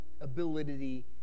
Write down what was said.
ability